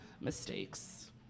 Mistakes